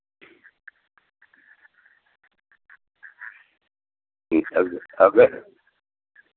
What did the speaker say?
ठीक है अगर